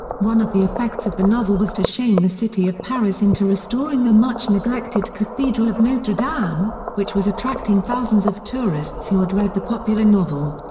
one of the effects of the novel was to shame the city of paris into restoring the much-neglected cathedral of notre dame, which was attracting thousands of tourists who had read the popular novel.